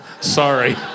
Sorry